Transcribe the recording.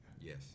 Yes